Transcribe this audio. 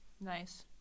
Nice